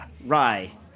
rye